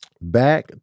back